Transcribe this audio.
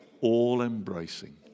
all-embracing